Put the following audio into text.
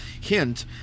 hint